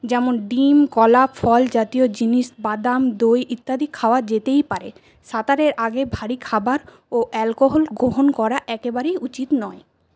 যেমন ডিম কলা ফল জাতীয় জিনিস বাদাম দই ইত্যাদি খাওয়া যেতেই পারে সাঁতারের আগে ভারী খাবার ও অ্যালকোহল গ্রহণ করা একেবারেই উচিত নয়